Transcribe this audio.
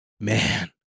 Man